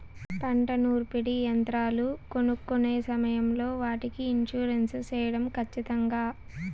పంట నూర్పిడి యంత్రాలు కొనుక్కొనే సమయం లో వాటికి ఇన్సూరెన్సు సేయడం ఖచ్చితంగా?